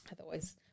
Otherwise